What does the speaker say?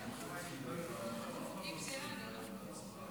עובדים זרים (תיקון מס' 24), התשפ"ד